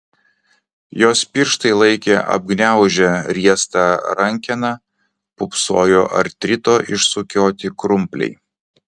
jos pirštai laikė apgniaužę riestą rankeną pūpsojo artrito išsukioti krumpliai